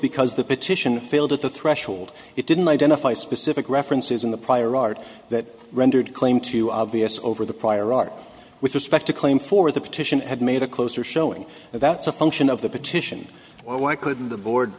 because the petition failed at the threshold it didn't identify specific references in the prior art that rendered claim to obvious over the prior art with respect to claim for the petition had made a closer showing and that's a function of the petition why couldn't the board